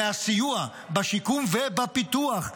מהסיוע בשיקום ובפיתוח,